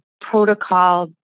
protocol